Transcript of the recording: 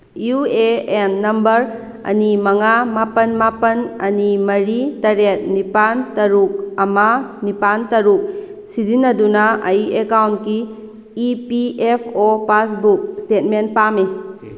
U A N number ꯑꯅꯤ ꯃꯉꯥ ꯃꯥꯄꯜ ꯃꯥꯄꯜ ꯑꯅꯤ ꯃꯔꯤ ꯇꯔꯦꯠ ꯅꯤꯄꯥꯜ ꯇꯔꯨꯛ ꯑꯃ ꯅꯤꯄꯥꯜ ꯇꯔꯨꯛ ꯁꯤꯖꯤꯟꯅꯗꯨꯅ ꯑꯩ ꯑꯦꯀꯥꯎꯟꯒꯤ E P F O passbook statement ꯄꯥꯝꯃꯤ